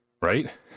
right